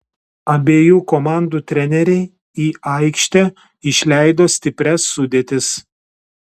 abiejų komandų treneriai į aikštę išleido stiprias sudėtis